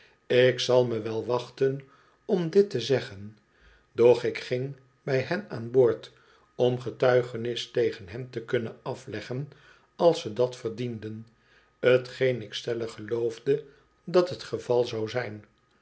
ik zal me wel wachten om dit te zeggen doch ik ging bij hen aan boord om getuigenis tegen hen te kunnen afleggen als ze dat verdienden t geen ik stellig geloofde dat het geval zou zijn